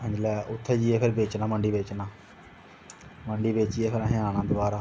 जेल्लै उत्थें जाइयै फिर मंडी बेचना मंडी बेचियै फिर असें आना दोबारा